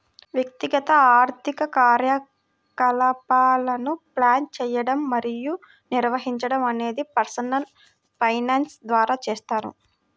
వ్యక్తిగత ఆర్థిక కార్యకలాపాలను ప్లాన్ చేయడం మరియు నిర్వహించడం అనేది పర్సనల్ ఫైనాన్స్ ద్వారా చేస్తారు